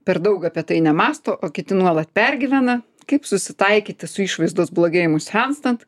per daug apie tai nemąsto o kiti nuolat pergyvena kaip susitaikyti su išvaizdos blogėjimu senstant